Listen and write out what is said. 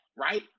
right